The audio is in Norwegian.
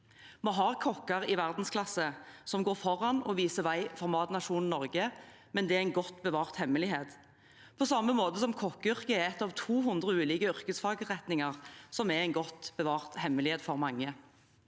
Vi har kokker i verdensklasse som går foran og viser vei for matnasjonen Norge, men det er en godt bevart hemmelighet. På samme måte er det at kokkeyrket er en av 200 ulike yrkesfagretninger, en godt bevart hemmelighet for mange.